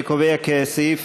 אני קובע כי סעיף